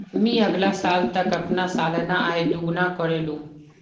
मी अगला साल तक अपना सालाना आय दो गुना करे लूम